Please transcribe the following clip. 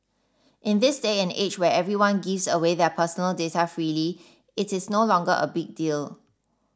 in this day and age where everyone gives away their personal data freely it is no longer a big deal